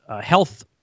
health